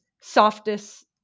softest